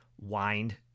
wind